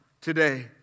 today